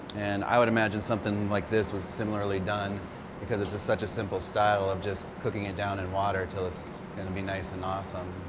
and i would imagine something like this was similarly done because it's such a simple style of just cooking it down in water until it's and i mean nice and awesome.